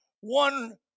one